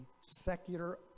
secular